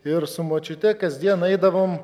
ir su močiute kasdien eidavom